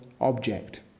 object